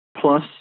plus